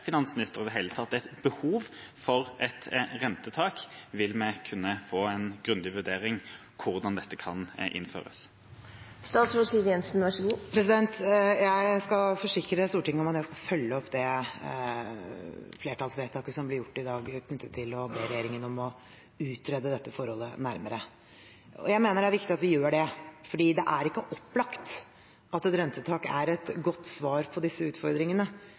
finansministeren i det hele tatt et behov for et rentetak? Vil vi kunne få en grundig vurdering av hvordan dette kan innføres? Jeg kan forsikre Stortinget om at jeg skal følge opp det flertallsvedtaket som blir gjort i dag knyttet til å be regjeringen om å utrede dette forholdet nærmere. Jeg mener det er viktig at vi gjør det, for det er ikke opplagt at et rentetak er et godt svar på disse utfordringene.